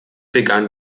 begann